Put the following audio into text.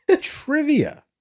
trivia